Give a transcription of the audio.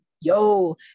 yo